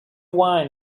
wine